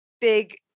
big